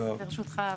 אז ברשותך,